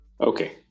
Okay